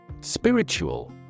Spiritual